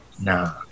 Nah